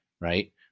right